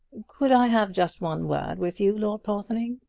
could i have just one word with you, lord porthoning?